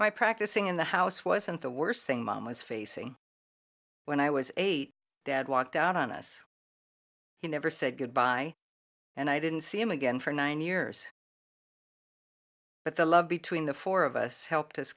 by practicing in the house wasn't the worst thing mom was facing when i was eight dad walked out on us he never said goodbye and i didn't see him again for nine years but the love between the four of us helped us